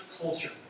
culture